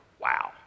Wow